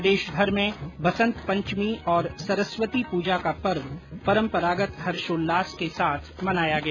प्रदेशभर में बसंत पंचमी और सरस्वती पूजा का पर्व परम्परागत हर्षोल्लास के साथ मनाया गया